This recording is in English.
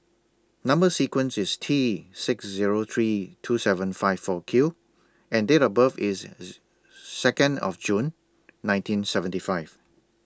Number sequence IS T six Zero three two seven five four Q and Date of birth IS Second of June nineteen seventy five